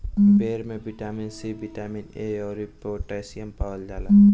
बेर में vitamin C, vitamin A अउरी पोटैशियम पावल जाला